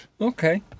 Okay